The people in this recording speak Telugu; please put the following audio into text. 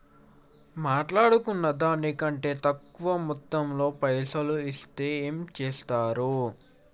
మాట్లాడుకున్న దాని కంటే తక్కువ మొత్తంలో పైసలు ఇస్తే ఏం చేత్తరు?